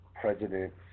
president